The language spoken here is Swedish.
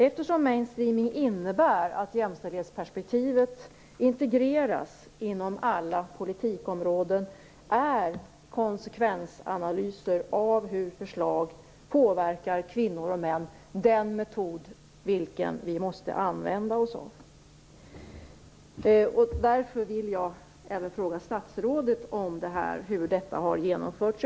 Eftersom main streaming innebär att jämställdhetsperspektivet integreras i alla politikområden är konsekvensanalyser av hur förslag påverkar kvinnor och män den metod vilken vi måste använda oss av. Därför vill jag även fråga statsrådet om hur detta har genomförts.